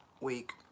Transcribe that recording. week